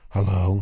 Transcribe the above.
Hello